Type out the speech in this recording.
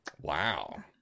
Wow